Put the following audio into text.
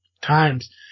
times